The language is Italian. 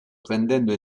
prendendo